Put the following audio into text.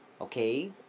Okay